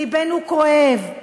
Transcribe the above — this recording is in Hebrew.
לבנו כואב,